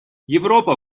европа